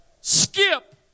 skip